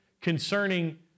concerning